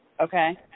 okay